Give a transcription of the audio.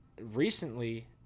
recently